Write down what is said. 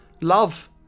Love